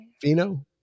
Fino